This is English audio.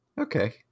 Okay